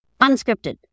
unscripted